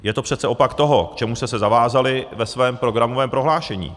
Je to přece opak toho, k čemu jste se zavázali ve svém programovém prohlášení.